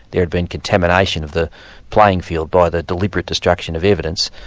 there had been contamination of the playing field by the deliberate destruction of evidence,